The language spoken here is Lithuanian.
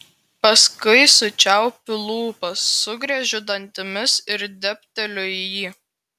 paskui sučiaupiu lūpas sugriežiu dantimis ir dėbteliu į jį